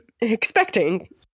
expecting